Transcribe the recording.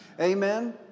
Amen